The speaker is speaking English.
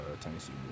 Tennessee